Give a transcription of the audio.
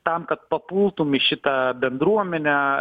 tam kad papultum į šitą bendruomenę